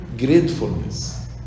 gratefulness